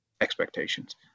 expectations